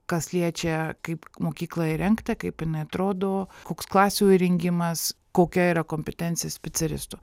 kas liečia kaip mokykla įrengta kaip jinai atrodo koks klasių įrengimas kokia yra kompetencija specialistų